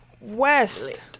West